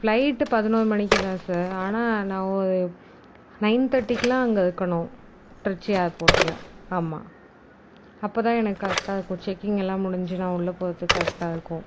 flight பதினோரு மணிக்குதான் sir ஆனால் நான் நைன் தேர்ட்டிக்குலாம் அங்கே இருக்கணும் திருச்சி ஏர் போர்ட்டில் ஆமாம் அப்போதான் எனக்கு கரெக்டாகருக்கும் செக்கிங்யெல்லாம் முடிஞ்சு நான் உள்ளே போகிறதுக்கு கரெக்ட்டாக இருக்கும்